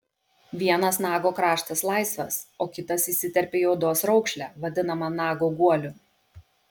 vienas nago kraštas laisvas o kitas įsiterpia į odos raukšlę vadinamą nago guoliu